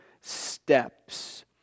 steps